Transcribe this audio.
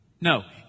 No